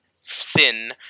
sin